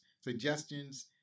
suggestions